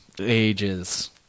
Ages